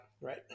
right